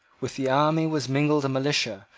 with the army was mingled a militia,